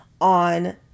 on